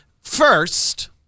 first